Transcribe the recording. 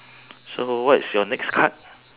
so what is your next card